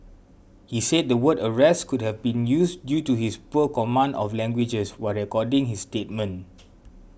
he said the word arrest could have been used due to his poor command of languages while recording his statement